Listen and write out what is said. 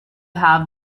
have